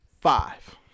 Five